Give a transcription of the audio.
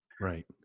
Right